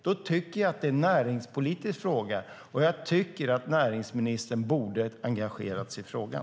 Därför tycker jag att det är en näringspolitisk fråga, och jag tycker att näringsministern borde ha engagerat sig i frågan.